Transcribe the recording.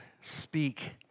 speak